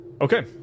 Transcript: okay